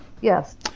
yes